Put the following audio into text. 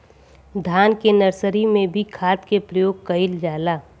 धान के नर्सरी में भी खाद के प्रयोग कइल जाला?